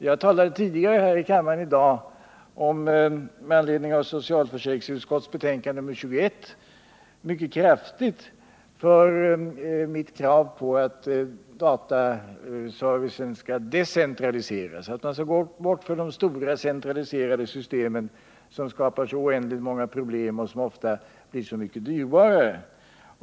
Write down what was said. Jag talade tidigare här i kammaren i dag med anledning av socialförsäkringsutskottets betänkande nr 21 mycket kraftigt för mitt krav på att dataservicen skall decentraliseras, att man skall komma bort från de stora centraliserade system som skapar så oändligt många problem och som ofta blir mycket dyrare.